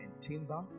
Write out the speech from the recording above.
timber